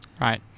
Right